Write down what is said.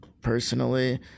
personally